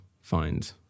find